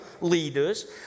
leaders